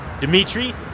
Dimitri